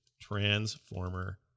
Transformer